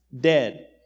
Dead